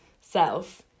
self